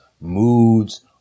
moods